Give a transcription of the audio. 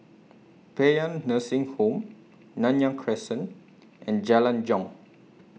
Paean Nursing Home Nanyang Crescent and Jalan Jong